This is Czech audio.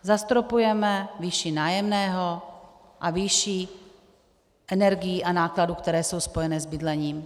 Zastropujeme výši nájemného a výši energií a nákladů, které jsou spojeny s bydlením.